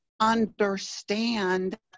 understand